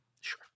Sure